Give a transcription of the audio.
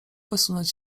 wysunąć